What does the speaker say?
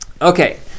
Okay